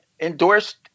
endorsed